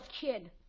kid